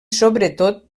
sobretot